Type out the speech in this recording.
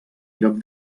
lloc